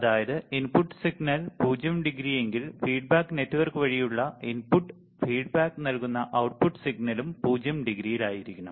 അതായത് input signal 0 degree എങ്കിൽ feedback network വഴിയുള്ള ഇൻപുട്ടിന് ഫീഡ്ബാക്ക് നൽകുന്ന output സിഗ്നലും 0 ഡിഗ്രിയിൽ ആയിരിക്കണം